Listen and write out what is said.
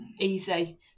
easy